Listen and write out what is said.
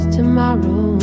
Tomorrow